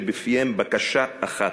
ובפיהם בקשה אחת: